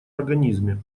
организме